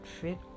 fit